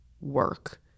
work